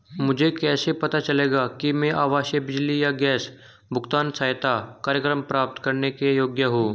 मुझे कैसे पता चलेगा कि मैं आवासीय बिजली या गैस भुगतान सहायता कार्यक्रम प्राप्त करने के योग्य हूँ?